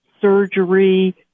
surgery